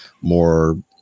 more